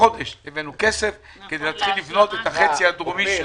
הבאנו כסף כדי להתחיל לבנות את החצי הדרומי שלו.